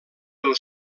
pel